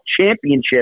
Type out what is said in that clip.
championship